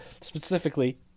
specifically